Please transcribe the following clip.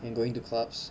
and going to clubs